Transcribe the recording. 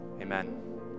Amen